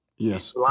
Yes